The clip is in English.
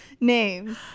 names